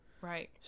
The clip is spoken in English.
Right